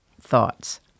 thoughts